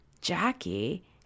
Jackie